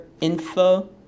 info